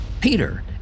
peter